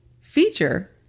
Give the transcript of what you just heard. feature